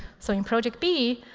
so in project b,